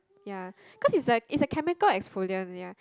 ya cause it's a it's a chemical exfoliant ya